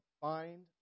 find